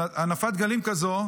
הנפת דגלים כזו